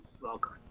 welcome